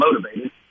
motivated